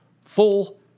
Full